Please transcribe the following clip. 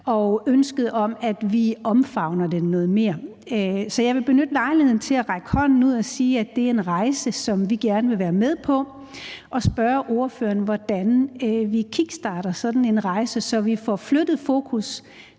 og ønsket om, at vi omfavner den noget mere. Så jeg vil benytte lejligheden til at række hånden ud og sige, at det er en rejse, som vi gerne vil være med på, og spørge ordføreren, hvordan vi kickstarter sådan en rejse, så vi får flyttet fokus